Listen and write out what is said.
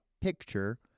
picture